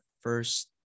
first